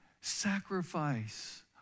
sacrifice